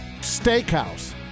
steakhouse